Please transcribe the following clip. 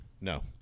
No